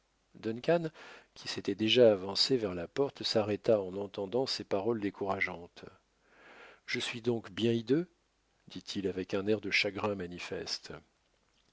qui s'était déjà avancé vers la porte s'arrêta en entendant ces paroles décourageantes je suis donc bien hideux dit-il avec un air de chagrin